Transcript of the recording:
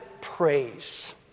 praise